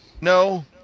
No